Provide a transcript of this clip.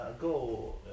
go